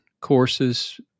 courses